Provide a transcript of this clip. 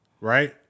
right